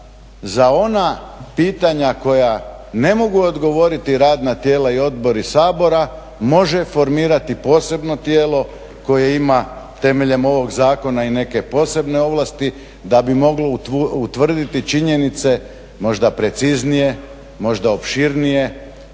za ona pitanja koja ne mogu odgovoriti radna tijela i odbori Sabora, može formirati posebno tijelo koje ima temeljem ovog zakona i neke posebne ovlasti da bi mogli utvrditi činjenice možda preciznije, možda opširnije,